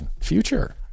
future